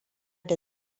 da